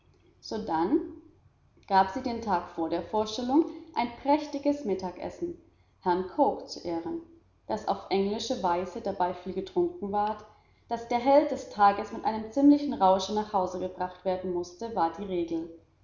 sodann gab sie den tag vor der vorstellung ein prächtiges mittagessen herrn cooke zu ehren daß auf englische weise dabei viel getrunken ward daß der held des tags mit einem ziemlichen rausche nach hause gebracht werden mußte war in der